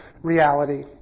reality